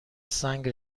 سنگ